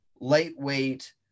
lightweight